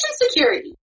security